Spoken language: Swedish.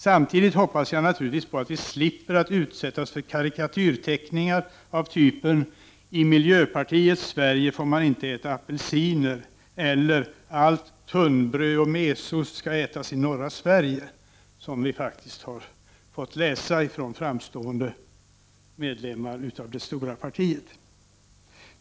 Samtidigt hoppas jag naturligtvis att vi slipper att utsättas för karikatyrteckningar av typen att i miljöpartiets Sverige får man inte äta apelsiner, eller att allt tunnbröd och all mesost skall ätas i norra Sverige; sådant har vi faktiskt fått höra från framstående ledamöter av det stora partiet.